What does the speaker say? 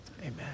Amen